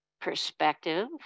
perspective